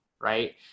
right